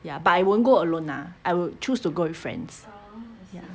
ya but I won't go alone lah I would choose to go with friends